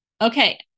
Okay